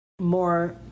more